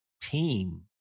team